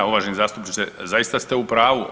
Da uvaženi zastupniče, zaista ste u pravu.